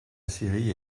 série